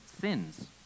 sins